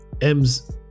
m's